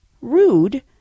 rude